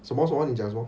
什么什么你讲什么